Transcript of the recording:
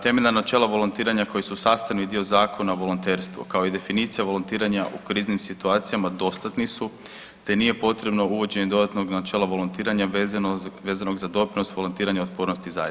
Temeljna načela volontiranja koja su sastavi dio Zakona o volonterstvu, kao i definicija volontiranja u kriznim situacijama dostatni su, te nije potrebno uvođenje dodatnog načela volontiranja vezanog za doprinos volontiranja otpornosti zajednice.